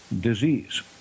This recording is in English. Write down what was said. disease